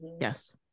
yes